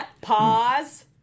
pause